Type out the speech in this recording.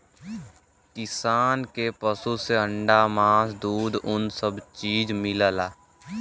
किसान के पसु से अंडा मास दूध उन सब चीज मिलला